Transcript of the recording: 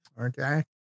Okay